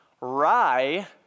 rye